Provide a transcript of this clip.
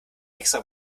extra